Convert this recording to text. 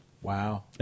Wow